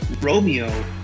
Romeo